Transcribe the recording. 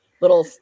little